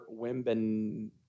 Wimben